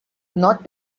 not